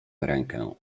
rękę